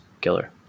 killer